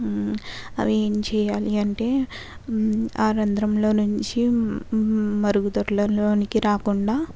అవి ఏంచేయాలంటే ఆ రంద్రంలో నుంచి మరుగుదొడ్లలోనికి రాకుండా